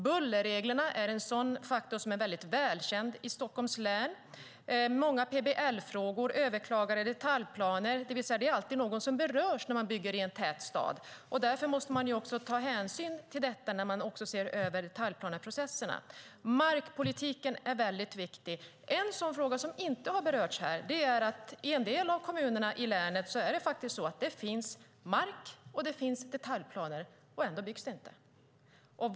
Bullerreglerna är en sådan faktor, som är välkänd i Stockholms län. Det är många PBL-frågor och överklagade detaljplaner - det är alltid någon som berörs när man bygger i en tät stad. Därför måste man ta hänsyn till detta när man ser över detaljplaneprocesserna. Markpolitiken är väldigt viktig. En sådan fråga som inte har berörts här är att det i en del av kommunerna i länet finns mark och detaljplaner men ändå inte byggs.